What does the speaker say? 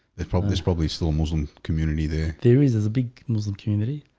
they've probably it's probably still muslim community. their theories is a big muslim community